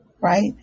right